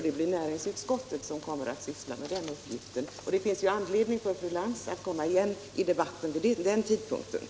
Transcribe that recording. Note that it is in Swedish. Det blir näringsutskottet som kommer att syssla med den frågan, och det finns anledning för fru Lantz att komma igen i debatten när dess betänkande skall behandlas.